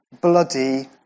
bloody